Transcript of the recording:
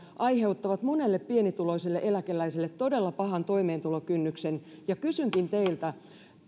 aiheuttavat monelle pienituloisille eläkeläiselle todella pahan toimeentulokynnyksen kysynkin teiltä